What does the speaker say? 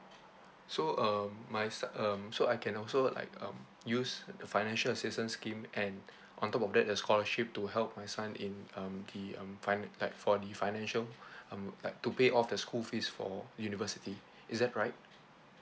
so um my so~ um so I can also like um use the financial assistance scheme and on top of that the scholarship to help my son in um the um fin~ like for the financial um like to pay off the school fees for university is that right